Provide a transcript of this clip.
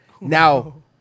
Now